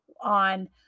on